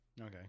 Okay